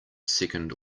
second